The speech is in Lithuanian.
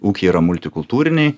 ūkiai yra multikultūriniai